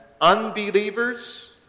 unbelievers